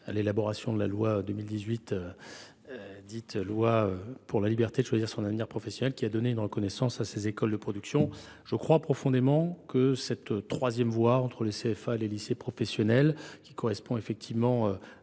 à l’élaboration de la loi du 5 septembre 2018 pour la liberté de choisir son avenir professionnel, qui a donné une reconnaissance aux écoles de production ; et je crois profondément que cette troisième voie entre les CFA et les lycées professionnels correspond à des